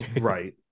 right